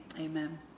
amen